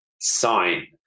Sign